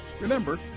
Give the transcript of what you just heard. Remember